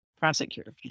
prosecutor